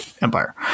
empire